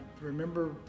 remember